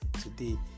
today